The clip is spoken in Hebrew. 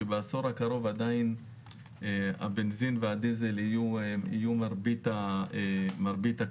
שבעשור הקרוב עדיין הבנזין והדיזל יהיו מרבית כלי